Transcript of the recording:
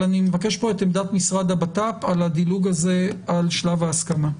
אבל אני מבקש פה את עמדת משרד הבט"פ על הדילוג הזה על שלב ההסכמה.